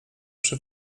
przy